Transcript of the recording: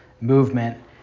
movement